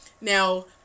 Now